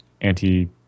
anti